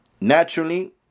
naturally